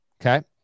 okay